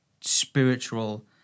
spiritual